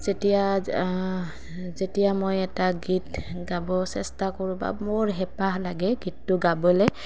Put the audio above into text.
যেতিয়া যেতিয়া মই এটা গীত গাব চেষ্টা কৰোঁ বা মোৰ হেঁপাহ লাগে গীতটো গাবলৈ